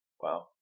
Wow